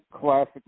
classic